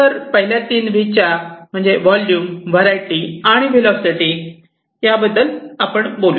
तर आपण पहिल्या 3 व्ही च्या व्हॉल्यूम्स व्हरायटी आणि व्हिलासिटी याबद्दल बोलूया